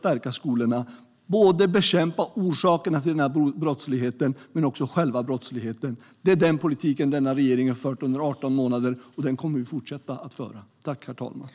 Vi kommer att bekämpa orsakerna till denna brottslighet men också själva brottsligheten. Det är denna politik som den här regeringen har fört under 18 månader, och den kommer vi att fortsätta föra.